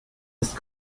ist